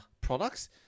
products